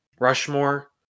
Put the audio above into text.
Rushmore